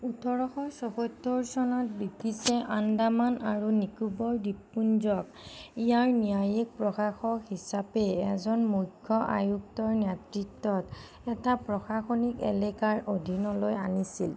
ওঠৰশ চৌসত্তৰ চনত ব্ৰিটিছে আন্দামান আৰু নিকোবৰ দ্বীপপুঞ্জক ইয়াৰ ন্যায়িক প্ৰশাসক হিচাপে এজন মুখ্য আয়ুক্তৰ নেতৃত্বত এটা প্ৰশাসনিক এলেকাৰ অধীনলৈ আনিছিল